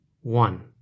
One